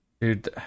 Dude